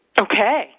Okay